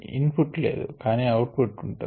in put లేదు కానీ output ఉంది